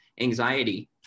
anxiety